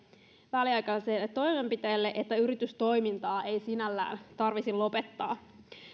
väliaikaiselle toimenpiteelle että yritystoimintaa ei sinällään tarvitsisi lopettaa